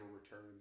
Returns